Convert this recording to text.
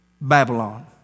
Babylon